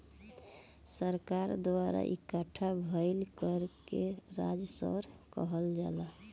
सरकार द्वारा इकट्ठा भईल कर के राजस्व कहल जाला